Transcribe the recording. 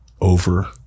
over